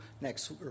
next